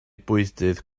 bwydydd